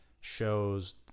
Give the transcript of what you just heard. shows